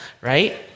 right